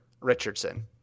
Richardson